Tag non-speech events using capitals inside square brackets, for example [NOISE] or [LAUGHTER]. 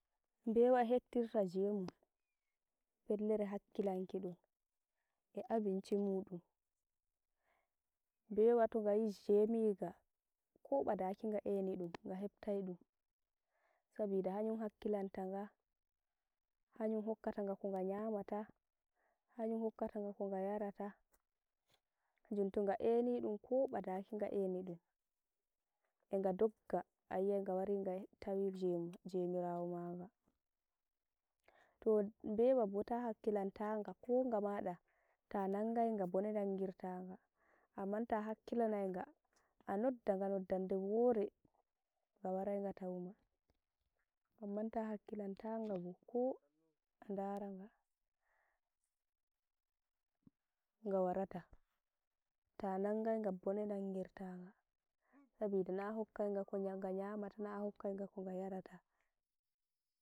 Nbewa eh heptirtaa jomum, fellere hakkilankidum, eh abinci mudum, nbewa togayi jomiga ko badaaki nga eiiniɗum nga hepptai dum, sabida hanyum hakkilantaga, hayum hokka taga konga nyamata, hanyum hokka tanga konga yamata, [NOISE] hanjum tonga eiini dum koo baakii nga eiini dum, nga doggaa, aa yi'aii ngaa wari nga taai jemum, jemirawo magaa. Too nbeea boo taa hakkilan taaga, amman taa hakkilanaii nga, aa nodda nga, noddanlee woree, nga waraii nga tawuma. Amman taa hakkilantaagabo nga warataa, taa nangaii nga bonee nangirtaga [NOISE] sabida naa aa hokaii nga konga nyamataa naa aa hokkaii ngaa kongaa yarataa.